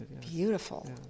Beautiful